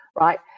right